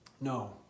No